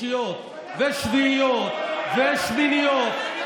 שישיות ושביעיות ושמיניות,